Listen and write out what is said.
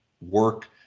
work